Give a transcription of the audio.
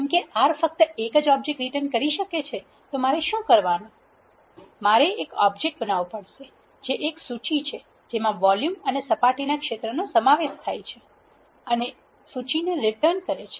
કેમકે R ફક્ત એક ઓબ્જેક્ટ રિટન કરી શકે છે તો મારે શું કરવાનું છે મારે એક ઓબ્જેક્ટ બનાવવો પડશે જે એક સૂચિ છે જેમાં વોલ્યુમ અને સપાટીના ક્ષેત્રનો સમાવેશ થાય છે અને સૂચિ ને રિટન કરે છે